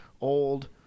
old